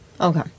Okay